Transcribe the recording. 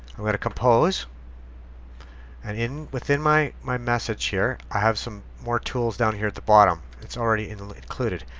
i'm going to compose and in within my my message here. i have some more tools down here at the bottom. it's already in the included.